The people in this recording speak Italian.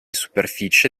superficie